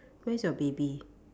where is your baby